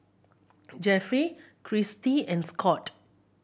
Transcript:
Jeffery Kristie and Scot